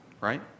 right